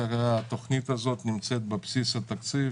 התוכנית הזאת נמצאת בבסיס התקציב,